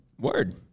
Word